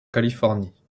californie